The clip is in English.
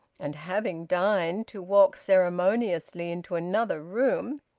and, having dined, to walk ceremoniously into another room!